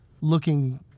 looking